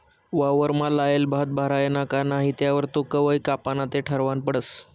वावरमा लायेल भात भरायना का नही त्यावर तो कवय कापाना ते ठरावनं पडस